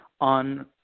on